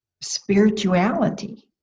Spirituality